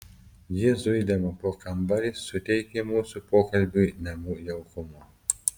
ji zuidama po kambarį suteikė mūsų pokalbiui namų jaukumo